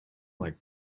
like